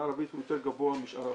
הערבית הוא יותר גבוה משאר האוכלוסייה.